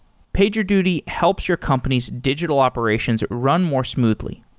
pagerduty helps your company's digital operations run more smoothly.